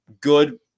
good